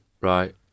right